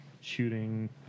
Shooting